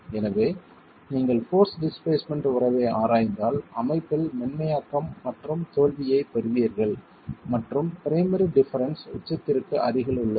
எனவே நீங்கள் force displacement உறவை ஆராய்ந்தால் அமைப்பில் மென்மையாக்கம் மற்றும் தோல்வியைப் பெறுவீர்கள் மற்றும் பிரைமரி டிஃபரென்ஸ் உச்சத்திற்கு அருகில் உள்ளது